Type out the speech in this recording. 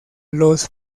los